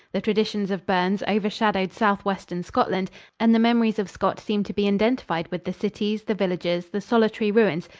the traditions of burns overshadowed southwestern scotland and the memories of scott seem to be indentified with the cities, the villages, the solitary ruins,